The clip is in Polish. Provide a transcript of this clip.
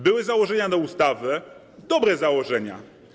Były założenia do ustawy, dobre założenia.